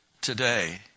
today